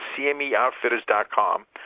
cmeoutfitters.com